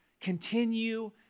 Continue